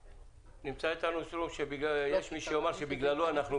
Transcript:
נמצא אתנו מר שטרום שיש מי שיאמר שבגללו אנחנו כאן.